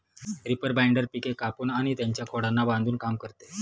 reaper binder पिके कापून आणि त्यांच्या खोडांना बांधून काम करते